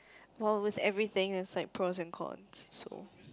well with everything there's like pros and cons so